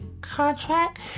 contract